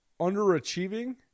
underachieving